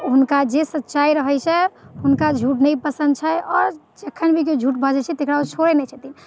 हुनका जे सच्चाइ रहैत छै हुनका झूठ नहि पसन्द छै आओर जखन भी कोइ झूठ बाजैत छै ओकरा ओ छोड़ैत नहि छथिन